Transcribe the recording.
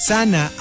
Sana